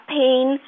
pain